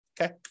Okay